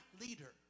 leader